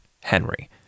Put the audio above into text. Henry